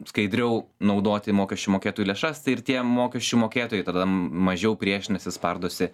skaidriau naudoti mokesčių mokėtojų lėšas tai ir tie mokesčių mokėtojai tada m mažiau priešinasi spardosi